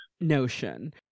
notion